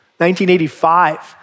1985